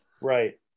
Right